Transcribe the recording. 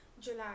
July